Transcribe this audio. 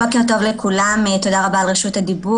בוקר טוב לכולם, תודה רבה על רשות הדיבור.